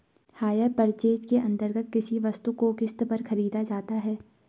higher purchase के अंतर्गत किसी वस्तु को किस्त पर खरीदा जाता है